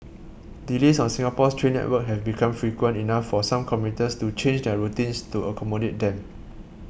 delays on Singapore's train network have become frequent enough for some commuters to change their routines to accommodate them